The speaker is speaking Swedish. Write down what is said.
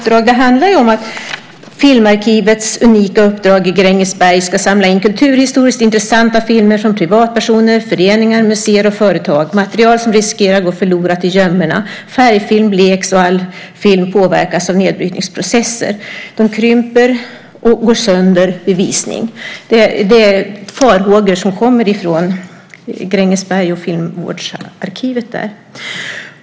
Det handlar om Filmarkivets unika uppdrag i Grängesberg, att samla in kulturhistoriskt intressanta filmer från privatpersoner, föreningar, museer och företag, material som riskerar att gå förlorat i gömmorna. Färgfilm bleks, och all film påverkas av nedbrytningsprocesser. De krymper och går sönder vid visning. Det är farhågor som kommer från Grängesberg och filmvårdsarkivet där.